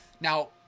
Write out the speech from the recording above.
Now